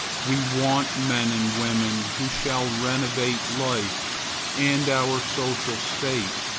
we want men and women who shall renovate life and our social state,